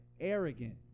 arrogant